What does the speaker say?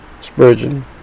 Spurgeon